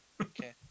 Okay